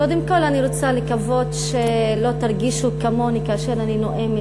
קודם כול אני רוצה לקוות שלא תרגישו כמוני כאשר אני נואמת,